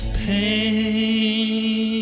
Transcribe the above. pain